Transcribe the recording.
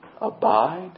Abide